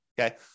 Okay